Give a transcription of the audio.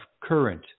current